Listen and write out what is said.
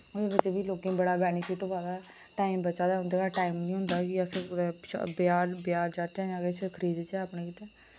उदे बिच बी लोकें बड़ा बैनिफिट होआ दा ऐ टाइम बचा दा ऐ उंदे का टाइम निं होंदा ऐ कि अस कुतै ब्याह् जाह्चै जां किश खरीदचै अपने गित्तै